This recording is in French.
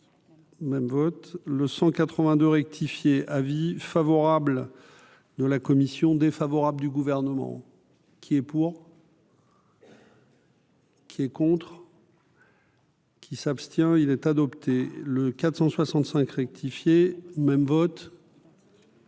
même vote le 182 rectifié : avis favorable de la commission défavorable du gouvernement qui est pour. Qui est contre. Qui s'abstient, il est adopté, le 465 rectifié même vote.